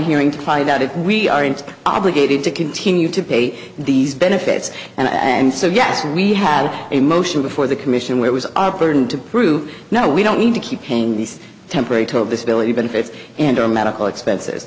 hearing to find out if we aren't obligated to continue to pay these benefits and so yes we had a motion before the commission which was our burden to prove now we don't need to keep paying these temporary top disability benefits and our medical expenses